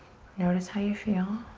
notice how you feel.